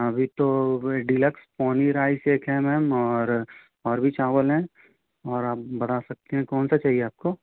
अभी तो वह डीलक्स पोनीयर राइस है एक मैम और और भी चावल है मैम और आप बता सकती है आप कौनसा चाहिए आपको